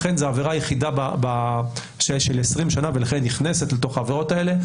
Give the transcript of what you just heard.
אכן זו עבירה היחידה בפשיעה של 20 שנה ולכן נכנסת לתוך העבירות האלה.